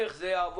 איך זה יעבוד?